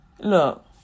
Look